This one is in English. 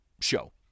show